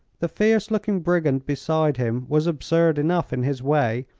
the fierce looking brigand beside him was absurd enough, in his way,